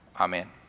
Amen